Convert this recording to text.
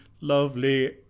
lovely